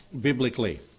biblically